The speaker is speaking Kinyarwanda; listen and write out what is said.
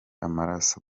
amaraso